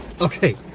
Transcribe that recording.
Okay